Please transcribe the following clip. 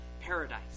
paradise